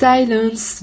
Silence